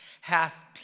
hath